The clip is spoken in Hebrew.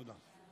תודה.